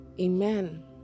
Amen